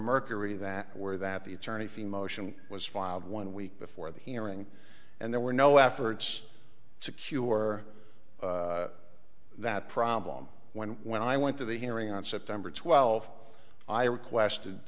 mercury that were that the attorney for the motion was filed one week before the hearing and there were no efforts to cure that problem when when i went to the hearing on september twelfth i requested